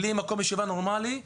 בלי מקום ישיבה נורמלי.